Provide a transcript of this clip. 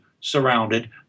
surrounded